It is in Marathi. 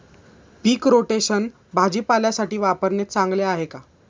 पीक रोटेशन भाजीपाल्यासाठी वापरणे चांगले आहे का?